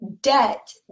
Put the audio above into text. debt